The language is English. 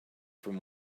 from